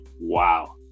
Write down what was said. Wow